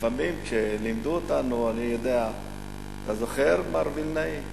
לפעמים, כשלימדו אותנו, אתה זוכר, מר וילנאי?